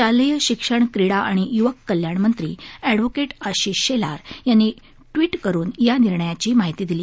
शालेय शिक्षण क्रीडा आणि युवक कल्याण मंत्री एडव्होकेट आशिष शेलार यांनी ट्विट करून या निर्णयाची माहिती दिली